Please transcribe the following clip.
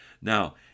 Now